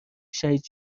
شهید